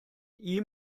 ihm